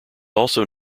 also